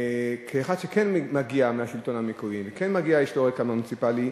כאחד שכן מגיע מהשלטון המקומי וכן יש לו רקע מוניציפלי,